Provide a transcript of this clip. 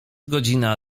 godzina